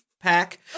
pack